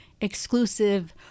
exclusive